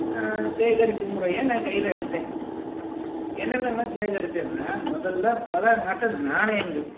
சேகரிப்பு முறையை நான் கையில் எடுத்தேன் என்னென்ன எல்லாம் சேகரிச்சேன்னா முதலில் பல நாட்டு நாணயங்கள்